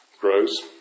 grows